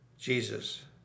Jesus